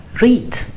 read